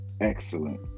Excellent